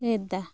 ᱭᱮᱫᱟ